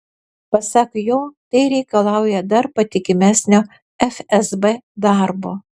pasak jo tai reikalauja dar patikimesnio fsb darbo